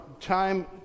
time